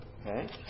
Okay